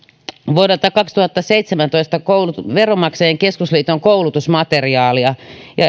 vuodelta kaksituhattaseitsemäntoista veronmaksajain keskusliiton koulutusmateriaalia